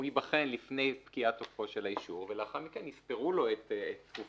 הוא ייבחן לפני פקיעת תוקפו של האישור ולאחר מכן יספרו לו את תקופת